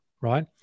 right